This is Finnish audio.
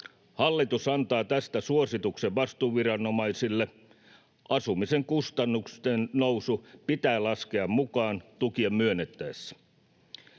Hallitus antaa tästä suosituksen vastuuviranomaisille: asumisen kustannusten nousu pitää laskea mukaan tukia myönnettäessä.